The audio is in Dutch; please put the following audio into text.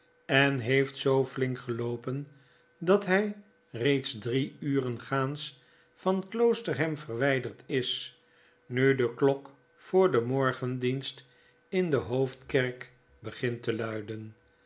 en heeft zoo fiink geloopen dat hj reeds drieuren faans van kloosterham verwgderd is nu de lok voor den morgendienst in de hoofdkerk begint te luiden